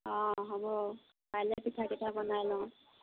অ' হ'ব কাইলৈ পিঠাকেইটা বনাই লওঁ